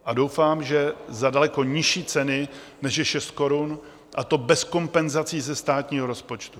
A doufám, že za daleko nižší ceny, než je 6 korun, a to bez kompenzací ze státního rozpočtu.